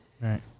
right